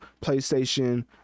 PlayStation